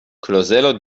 klozelo